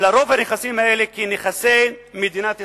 לרוב הנכסים האלה כנכסי מדינת ישראל.